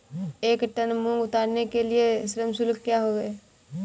एक टन मूंग उतारने के लिए श्रम शुल्क क्या है?